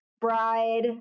bride